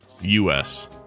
u-s